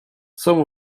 some